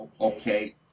Okay